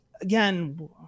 again